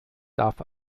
darf